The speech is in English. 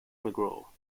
mcgraw